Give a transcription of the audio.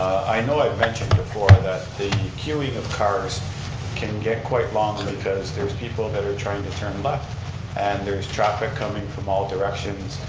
i know i've mentioned that the queuing of cars can get quite long because there's people that are trying to turn left and there's traffic coming from all directions.